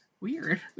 weird